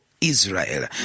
Israel